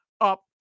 up